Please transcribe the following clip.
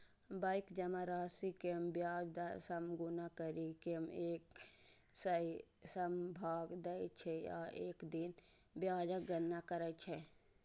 bank जमा राशि कें ब्याज दर सं गुना करि कें एक सय सं भाग दै छै आ एक दिन ब्याजक गणना करै छै